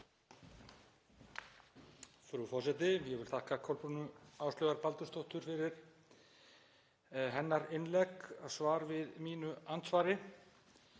Frú forseti. Ég vil þakka Kolbrúnu Áslaugar Baldursdóttur fyrir hennar innlegg og svar við mínu andsvari.